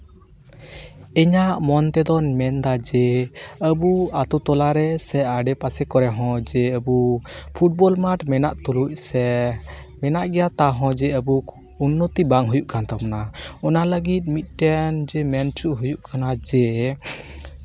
ᱤᱧᱟᱹᱜ ᱢᱚᱱ ᱛᱮᱫᱚ ᱢᱮᱱᱫᱟ ᱡᱮ ᱟᱵᱚ ᱟᱛᱳᱼᱴᱚᱞᱟ ᱨᱮ ᱟᱰᱮᱼᱯᱟᱥᱮ ᱠᱚᱨᱮ ᱦᱚᱸ ᱡᱮ ᱟᱵᱚ ᱯᱷᱩᱴᱵᱚᱞ ᱢᱟᱴᱷ ᱢᱮᱱᱟᱜ ᱛᱩᱞᱩᱡ ᱥᱮ ᱢᱮᱱᱟᱜ ᱜᱮᱭᱟ ᱛᱟᱣ ᱦᱚᱸ ᱡᱮ ᱟᱵᱚ ᱩᱱᱱᱚᱛᱤ ᱵᱟᱝ ᱦᱩᱭᱩᱜ ᱠᱟᱱ ᱛᱟᱵᱚᱱᱟ ᱚᱱᱟ ᱞᱟᱹᱜᱤᱫ ᱢᱤᱫᱴᱮᱱ ᱡᱮ ᱢᱮᱱ ᱚᱪᱚ ᱦᱩᱭᱩᱜ ᱠᱟᱱᱟ ᱡᱮ